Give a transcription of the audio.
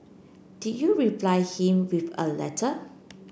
did you reply him with a letter